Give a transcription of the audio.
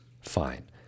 fine